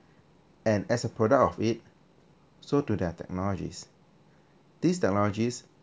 and as a product of it so do their technologies these technologies